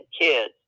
kids